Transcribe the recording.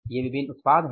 ये विभिन्न उत्पाद हैं